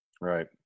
Right